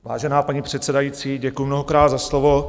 Vážená paní předsedající, děkuju mnohokrát za slovo.